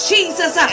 Jesus